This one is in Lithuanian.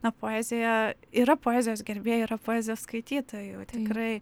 na poezija yra poezijos gerbėjų yra poezijos skaitytojų tikrai